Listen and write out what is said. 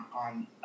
on